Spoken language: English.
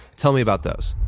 tell me about those.